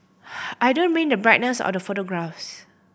I don't mean the brightness out the photographs